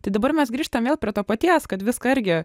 tai dabar mes grįžtam vėl prie to paties kad viską irgi